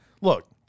Look